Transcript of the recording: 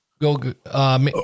Go